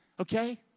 Okay